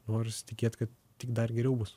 norisi tikėt kad tik dar geriau bus